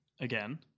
again